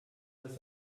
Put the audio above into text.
das